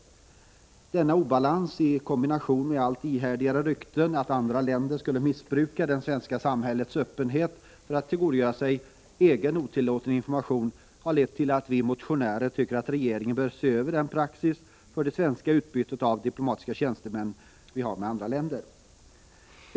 Denna obalans, i kombination med allt ihärdigare rykten att andra länder skulle missbruka det svenska samhällets öppenhet för att tillgodogöra sig egen otillåten information, har lett till att vi motionärer tycker att regeringen bör se över den praxis för det svenska utbytet av diplomatiska tjänstemän med andra länder som vi har.